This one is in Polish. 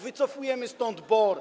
Wycofujemy stąd BOR.